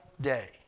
day